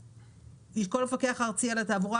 ישקול המפקח הארצי על התעבורה,